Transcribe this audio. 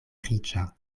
riĉa